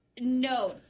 No